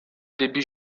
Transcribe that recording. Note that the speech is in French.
début